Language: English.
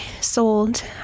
sold